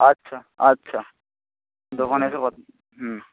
আচ্ছা আচ্ছা দোকানে এসে কথা হুম